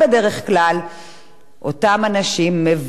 אותם אנשים מוותרים על זכותם לתבוע את